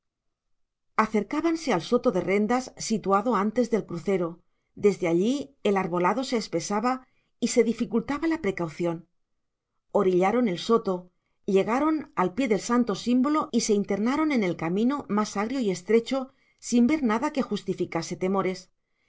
acercábanse al soto de rendas situado antes del crucero desde allí el arbolado se espesaba y se dificultaba la precaución orillaron el soto llegaron al pie del santo símbolo y se internaron en el camino más agrio y estrecho sin ver nada que justificase temores